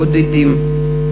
בודדים,